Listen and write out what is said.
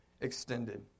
extended